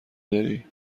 داری